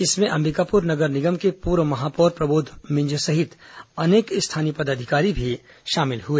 इसमें अंबिकापुर नगर निगम के पूर्व महापौर प्रबोध मिंज सहित अनेक स्थानीय पदाधिकारी भी शामिल हुए